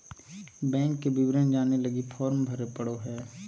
bank के विवरण जाने लगी फॉर्म भरे पड़ो हइ